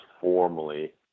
formally